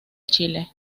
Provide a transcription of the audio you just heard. chile